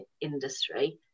industry